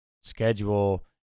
schedule